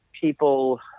people